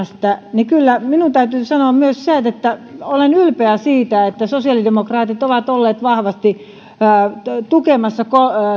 puhumme työelämästä niin kyllä minun täytyy sanoa myös se että olen ylpeä siitä että sosiaalidemokraatit ovat olleet vahvasti tukemassa